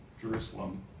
Jerusalem